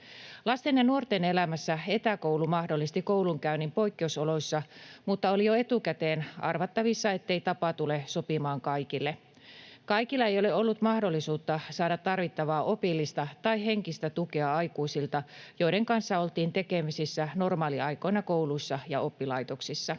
Lasten ja nuorten elämässä etäkoulu mahdollisti koulunkäynnin poikkeusoloissa, mutta oli jo etukäteen arvattavissa, ettei tapa tule sopimaan kaikille. Kaikilla ei ole ollut mahdollisuutta saada tarvittavaa opillista tai henkistä tukea aikuisilta, joiden kanssa oltiin tekemisissä normaaliaikoina kouluissa ja oppilaitoksissa.